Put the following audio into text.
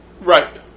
right